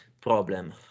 problem